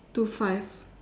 two five